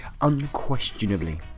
unquestionably